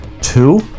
two